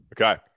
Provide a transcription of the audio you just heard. Okay